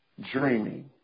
dreaming